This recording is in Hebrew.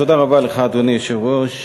אדוני היושב-ראש,